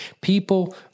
People